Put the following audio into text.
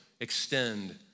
extend